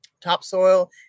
topsoil